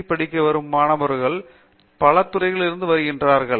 D படிக்க வரும் மாணவர்கள் பல்வேறு துறைகளிலிருந்து வருகிறார்கள்